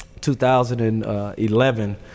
2011